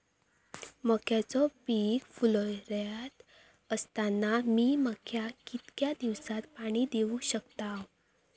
मक्याचो पीक फुलोऱ्यात असताना मी मक्याक कितक्या दिवसात पाणी देऊक शकताव?